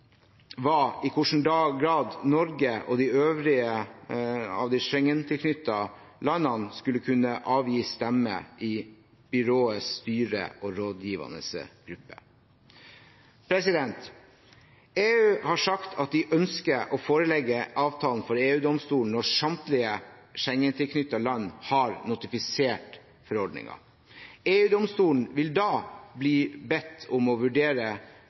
var i hvilken grad Norge og de øvrige av de Schengen-tilknyttede landene skulle kunne avgi stemme i Byråets styre og rådgivende gruppe. EU har sagt at de ønsker å forelegge avtalen for EU-domstolen når samtlige Schengen-tilknyttede land har notifisert forordningen. EU-domstolen vil da bli bedt om å vurdere